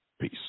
Peace